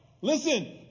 Listen